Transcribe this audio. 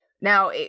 Now